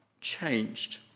changed